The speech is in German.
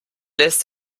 lässt